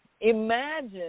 imagine